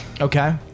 Okay